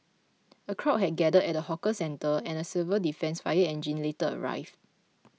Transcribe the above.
a crowd had gathered at the hawker centre and a civil defence fire engine later arrived